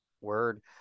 Word